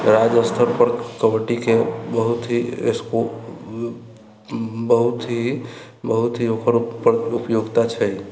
राज्य स्तरपर कबड्डीके बहुत ही स्कोप बहुत ही ओकर उपयोगिता छै